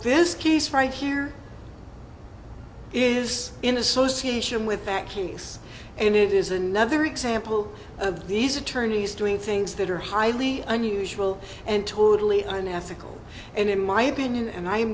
this case right here is in association with backings and it is another example of these attorneys doing things that are highly unusual and totally on ethical and in my opinion and i